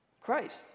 Christ